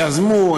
יזמו,